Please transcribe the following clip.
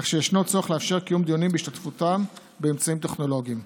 כך שישנו צורך לאפשר קיום דיונים בהשתתפותם באמצעים טכנולוגיים.